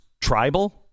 tribal